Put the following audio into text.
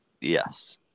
Yes